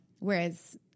Whereas